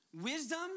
Wisdom